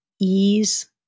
ease